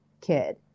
kid